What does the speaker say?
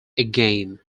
again